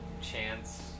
chance